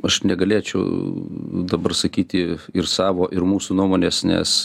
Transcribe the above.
aš negalėčiau dabar sakyti ir savo ir mūsų nuomonės nes